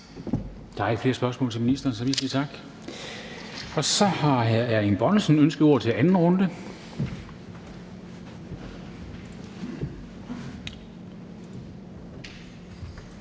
Der er ikke flere spørgsmål til ministeren, så vi siger tak. Så har hr. Erling Bonnesen ønsket ordet til anden runde.